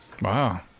wow